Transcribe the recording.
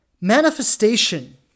manifestation